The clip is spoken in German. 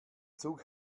zug